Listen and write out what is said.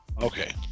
Okay